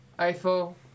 Eiffel